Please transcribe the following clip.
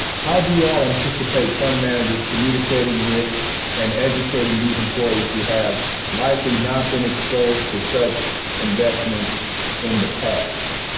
how do you all anticipate fund managers communicating with and educating these employees who have likely not been exposed to such investments in the past?